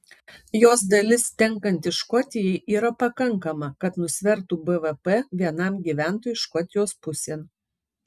jos dalis tenkanti škotijai yra pakankama kad nusvertų bvp vienam gyventojui škotijos pusėn